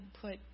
put